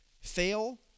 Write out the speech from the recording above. fail